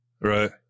Right